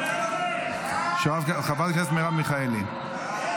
של חברת הכנסת מרב מיכאלי.